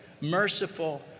merciful